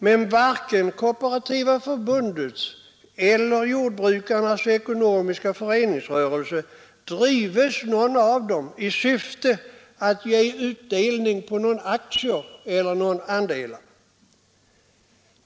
Men varken Kooperativa förbundet eller jordbrukarnas föreningsrörelse drivs i syfte att ge utdelning på aktier eller andelar.